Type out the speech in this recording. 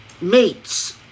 mates